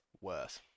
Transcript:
worse